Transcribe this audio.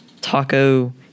TACO